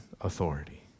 authority